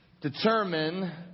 determine